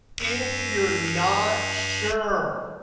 if you're not sure,